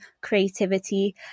creativity